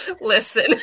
Listen